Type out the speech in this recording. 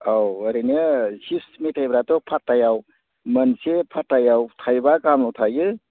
औ ओरैनो सिप्स मेथायफ्राथ' पात्तायाव मोनसे पात्तायाव थाइबा गाहामल' थायो